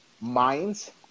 minds